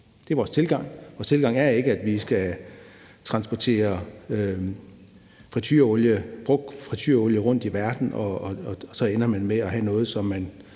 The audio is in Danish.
Det er vores tilgang. Vores tilgang er ikke, at vi skal transportere brugt fritureolie rundt i verden, og så ender man med at have noget,